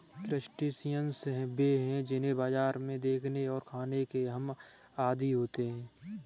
crustaceans वे हैं जिन्हें बाजारों में देखने और खाने के हम आदी होते हैं